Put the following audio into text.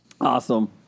Awesome